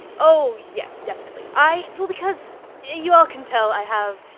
oh yes, definitely, i. well, because you all can tell i have.